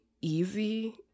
easy